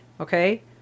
okay